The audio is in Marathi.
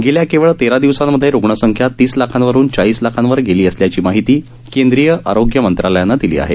गेल्या केवळ तेरा दिवसांमधे रुग्ण संख्या तीस लाखांवरून चाळीस लाखावर गेली असल्याची माहिती केंद्रीय आरोग्य मंत्रालयानं दिली आहे